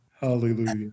Hallelujah